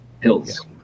Hills